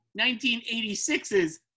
1986's